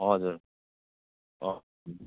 हजुर हो